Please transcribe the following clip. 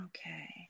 Okay